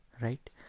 right